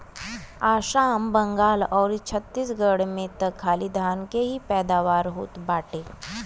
आसाम, बंगाल आउर छतीसगढ़ में त खाली धान के ही पैदावार होत बाटे